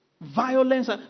Violence